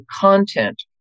content